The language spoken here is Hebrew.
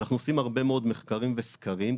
הרבה מאוד מחקרים וסקרים.